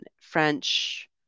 French